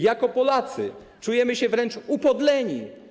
Jako Polacy czujemy się wręcz upodleni.